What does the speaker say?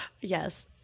Yes